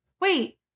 Wait